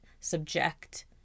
subject